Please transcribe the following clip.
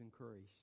increased